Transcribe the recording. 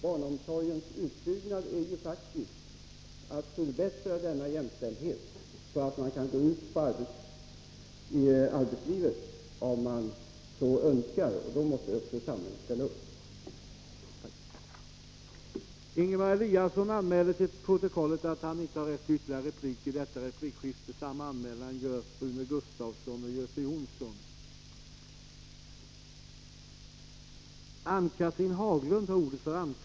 Barnomsorgens utbyggnad är faktiskt ett sätt att förbättra denna jämställdhet, så att den som så önskar kan gå ut i arbetslivet. Då måste också samhället ställa upp.